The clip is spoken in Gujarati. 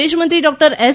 વિદેશ મંત્રી ડોક્ટર એસ